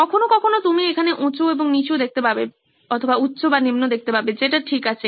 কখনো কখনো তুমি এখানে উঁচু এবং নীচু দেখতে পাবে যেটা ঠিক আছে